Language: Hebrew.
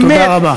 תודה רבה.